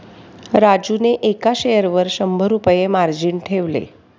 राजूने एका शेअरवर शंभर रुपये मार्जिन ठेवले